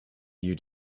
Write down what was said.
you